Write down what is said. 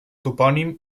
topònim